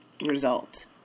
result